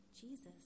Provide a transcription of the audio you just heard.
Jesus